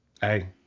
hey